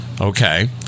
okay